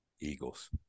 Eagles